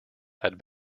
had